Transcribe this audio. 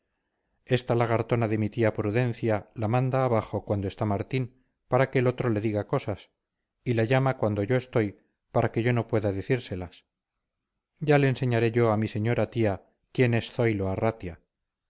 esta lagartona de mi tía prudencia la manda abajo cuando está martín para que el otro le diga cosas y la llama cuando yo estoy para que yo no pueda decírselas ya le enseñaré yo a mi señora tía quién es zoilo arratia